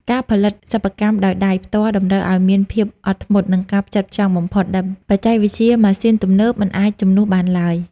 ការផលិតសិប្បកម្មដោយដៃផ្ទាល់តម្រូវឱ្យមានភាពអត់ធ្មត់ និងការផ្ចិតផ្ចង់បំផុត ដែលបច្ចេកវិទ្យាម៉ាស៊ីនទំនើបមិនអាចជំនួសបានឡើយ។